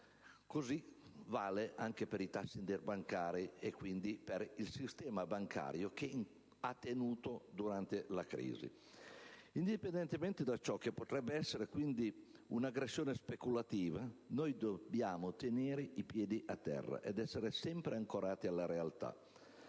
Così vale anche per i tassi interbancari e per il sistema bancario, che ha tenuto durante la crisi. Indipendentemente da ciò che potrebbe essere una aggressione speculativa, dobbiamo tenere i piedi per terra ed essere sempre ancorati alla realtà.